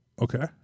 Okay